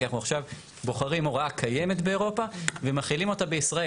כי אנחנו עכשיו בוחרים הוראה קיימת באירופה ומחילים אותה בישראל.